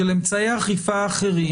של אמצעי אכיפה אחרים,